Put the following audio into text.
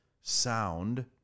sound